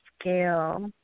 scale